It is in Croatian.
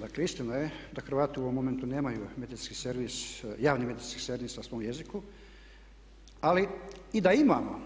Dakle, istina je da Hrvati u ovom momentu nemaju javni medijski servis na svom jeziku ali i da imamo